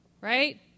right